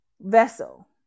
vessel